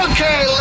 Okay